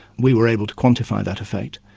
we were able to quantify that effect,